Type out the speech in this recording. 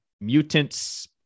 mutant's